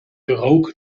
rook